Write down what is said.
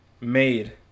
Made